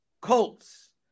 Colts